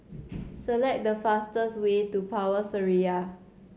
select the fastest way to Power Seraya